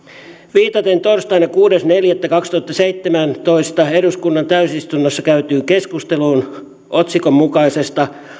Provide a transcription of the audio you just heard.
viitaten torstaina kuudes neljättä kaksituhattaseitsemäntoista eduskunnan täysistunnossa käytyyn keskusteluun otsikon mukaisesta